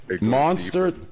monster